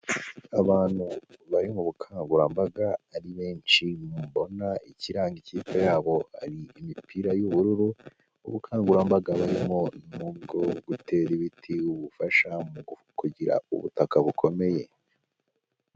Abantu bari mu bukangurambaga ari benshi, mbona ikiranga ikipe yabo ari imipira y'ubururu, ubukangurambaga burimo ni ubwo gutera ibiti, ubufasha mu kugira ubutaka bukomeye.